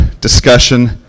discussion